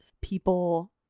people